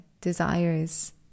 desires